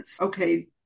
Okay